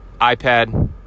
iPad